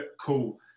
cool